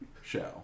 show